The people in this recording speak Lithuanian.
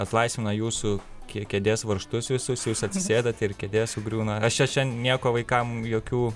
atlaisvina jūsų kė kėdės varžtus visus jūs atsisėdate ir kėdė sugriūna aš čia čia nieko vaikam jokių